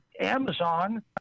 amazon